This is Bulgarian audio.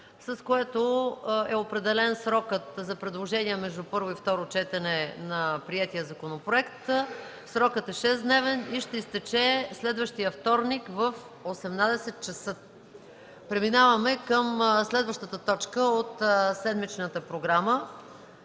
с което е определен срокът за предложения между първо и второ четене на приетия законопроект. Срокът е шестдневен и ще изтече следващия вторник в 18,00 ч. Преминаваме към следващата точка от седмичната програма: